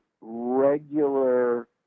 regular